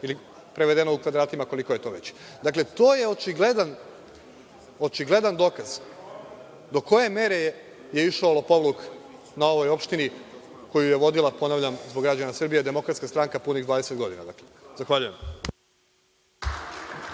ili prevedeno u kvadratima koliko je to već. Dakle, to je očigledan dokaz do koje mere je išao lopovluk na ovoj opštini koju je vodila, ponavljam zbog građana Srbije, Demokratska stranka punih 20 godina. Zahvaljujem.